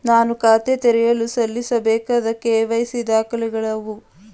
ನಾನು ಖಾತೆ ತೆರೆಯಲು ಸಲ್ಲಿಸಬೇಕಾದ ಕೆ.ವೈ.ಸಿ ದಾಖಲೆಗಳಾವವು?